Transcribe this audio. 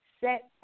set